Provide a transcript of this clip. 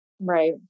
Right